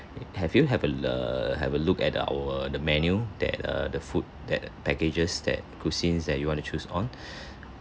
have you have a le~ have a look at our the menu that err the food that packages that cuisines that you want to choose on